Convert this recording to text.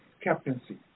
captaincy